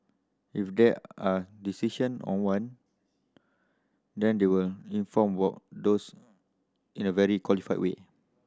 if there are decision on one then they will inform what those in a very qualified way